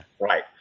Right